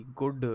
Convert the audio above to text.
good